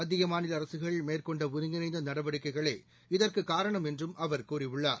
மத்திய மாநிலஅரசுகள் மேற்கொண்டஒருங்கிணைந்தநடவடிக்கைகளே இதற்குகாரணம் என்றும் அவர் கூறியுள்ளார்